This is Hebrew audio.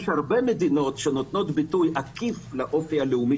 יש הרבה מדינות שנותנות ביטוי עקיף לאופי הלאומי